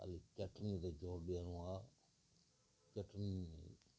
खाली चटिणी ते ज़ोर ॾियणो आहे चटिणी